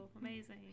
Amazing